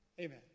Amen